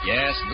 Yes